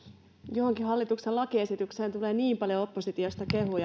johonkin hallituksen lakiesitykseen tulee niin paljon oppositiosta kehuja